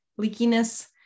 leakiness